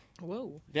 Whoa